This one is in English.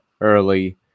early